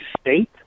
state